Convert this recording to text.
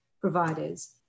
providers